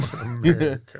America